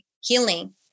healing